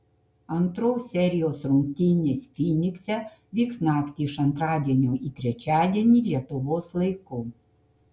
antros serijos rungtynės fynikse vyks naktį iš antradienio į trečiadienį lietuvos laiku